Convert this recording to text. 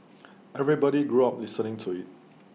everybody grew up listening to IT